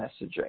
messaging